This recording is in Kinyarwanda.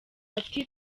ati